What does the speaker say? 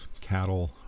cattle